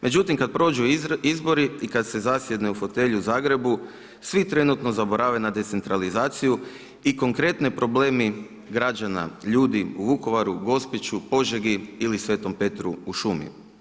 Međutim, kada prođu izbori i kada se zasjedne u fotelju u Zagrebu, svi trenutno zaborave na decentralizaciju i konkretne problemi građana, ljudi u Vukovaru, Gospiću, Požegi ili Sv. Petru u šumi.